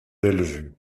bellevue